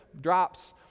drops